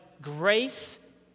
grace